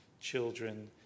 children